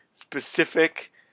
specific